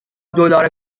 دلار